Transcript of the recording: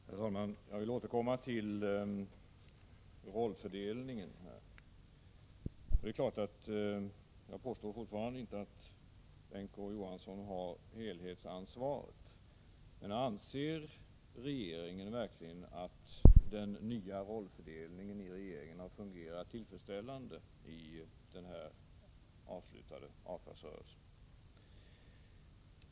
Herr talman! Jag vill återkomma till den nya rollfördelningen inom regeringen. Jag påstår naturligtvis fortfarande inte att Bengt K. Å. Johansson har något totalansvar, men anser regeringen verkligen att denna har fungerat tillfredsställande under den nu avslutade avtalsrörelsen?